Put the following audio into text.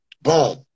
Boom